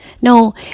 No